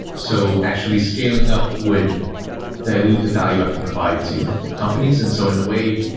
so actually scaling up would dilute the value i can provide to companies. and so in a way,